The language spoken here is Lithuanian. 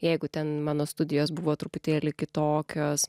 jeigu ten mano studijos buvo truputėlį kitokios